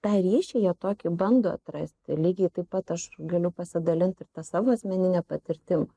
tą ryšį jie tokį bando atrasti lygiai taip pat aš galiu pasidalint ir savo asmenine patirtim